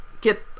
get